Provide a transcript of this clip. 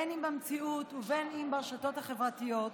בין אם במציאות ובין אם ברשתות החברתיות,